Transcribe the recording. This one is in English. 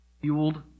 Fueled